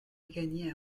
gagné